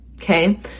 Okay